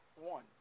one